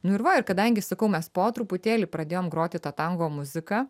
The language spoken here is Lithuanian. nu ir va ir kadangi sakau mes po truputėlį pradėjom groti tą tango muziką